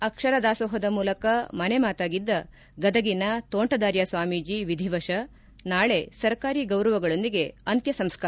ಅಕ್ಷರ ದಾಸೋಹದ ಮೂಲಕ ಮನೆ ಮಾತಾಗಿದ್ದ ಗದಗಿನ ತೋಂಟದಾರ್ಯ ಸ್ವಾಮೀಜಿ ವಿಧಿವಶ ನಾಳೆ ಸರ್ಕಾರಿ ಗೌರವಗಳೊಂದಿಗೆ ಅಂತ್ಯಸಂಸ್ಕಾರ